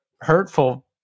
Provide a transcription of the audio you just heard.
hurtful